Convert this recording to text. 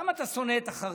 למה אתה שונא את החרדים?